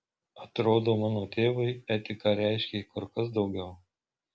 atrodo mano tėvui etika reiškė kur kas daugiau